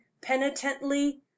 penitently